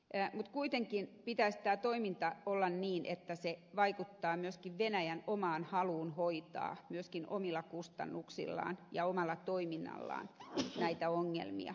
mutta kuitenkin pitäisi tämän toiminnan olla sellaista että se vaikuttaa myöskin venäjän omaan haluun hoitaa myöskin omalla kustannuksellaan ja omalla toiminnallaan näitä ongelmia